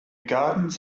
gardens